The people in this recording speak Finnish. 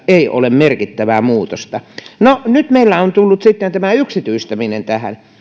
ei ole merkittävää muutosta no nyt meillä on tullut sitten tämä yksityistäminen tähän